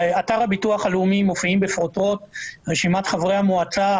באתר הביטוח הלאומי מופיעים בפרוטרוט רשימת חברי המועצה,